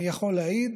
אני יכול להעיד,